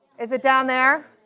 is it down there?